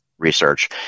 research